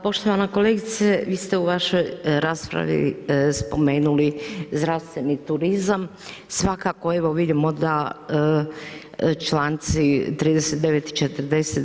Pa poštovana kolegice, vi ste u vašoj raspravi spomenuli zdravstveni turizam, svakako evo vidimo da članci 39. i 40.